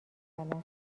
مثلا